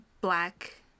black